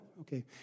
Okay